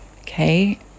Okay